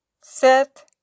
set